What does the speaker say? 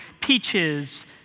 peaches